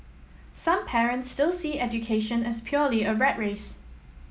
some parents still see education as purely a rat race